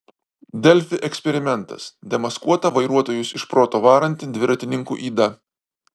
delfi eksperimentas demaskuota vairuotojus iš proto varanti dviratininkų yda